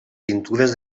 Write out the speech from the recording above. pintures